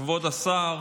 כבוד השר,